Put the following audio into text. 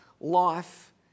life